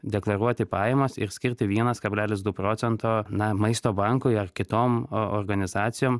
deklaruoti pajamas ir skirti vienas kablelis du procento na maisto bankui ar kitom o organizacijom